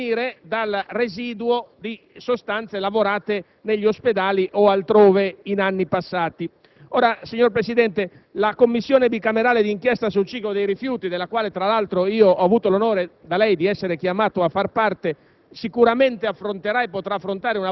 debbano provenire dal residuo di sostanze lavorate negli ospedali o altrove in anni passati. Signor Presidente, la Commissione bicamerale d'inchiesta sul ciclo dei rifiuti, della quale ho avuto da lei l'onore di essere chiamato a far parte,